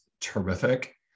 terrific